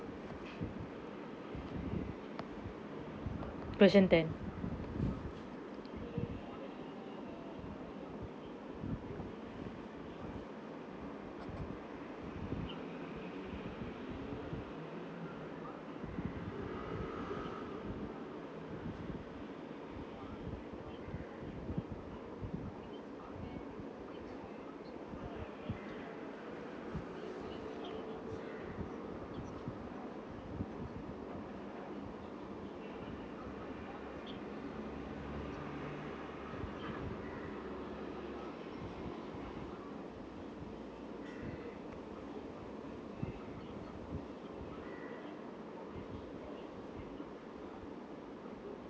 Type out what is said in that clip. question ten